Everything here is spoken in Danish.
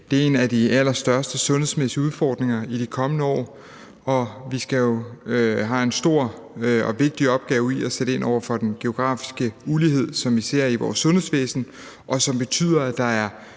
Det er en af de allerstørste sundhedsmæssige udfordringer i de kommende år, og vi har en stor og vigtig opgave i at sætte ind over for den geografiske ulighed, som vi ser i vores sundhedsvæsen, og som betyder, at der er